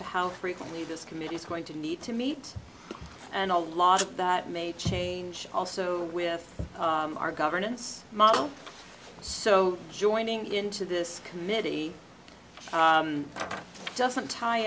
to how frequently this committee is going to need to meet and a lot of that may change also with our governance model so joining into this committee doesn't tie